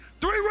three